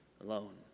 alone